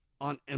on